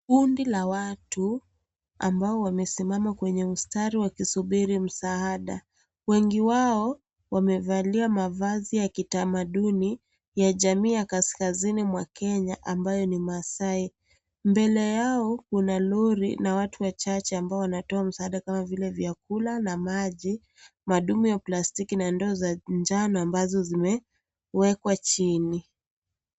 Kundi la watu ambao wamesimama kwenye mstari wakisubiri msaada. Wengi wao wamevalia mavazi ya kitamaduni ya jamii ya kaskasini mwa Kenya ambayo ni maasai. Mbele yao Kuna Lori na watu wachache ambao wanatoa msaada kama vile vyakula na maji madumo ya plastic na ndoo za njano ambazo zimewekwa chini.